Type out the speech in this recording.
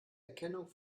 erkennung